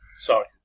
Sorry